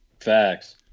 Facts